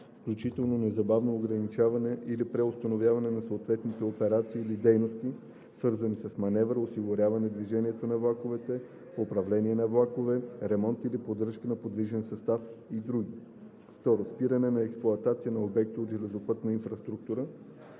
включително незабавно ограничаване или преустановяване на съответните операции или дейности, свързани с маневра, осигуряване движението на влакове, управление на влакове, ремонт или поддръжка на подвижен състав и други; 2. спиране от експлоатация на обекти от железопътната инфраструктура,